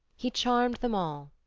he charmed them all,